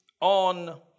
on